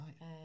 right